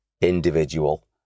individual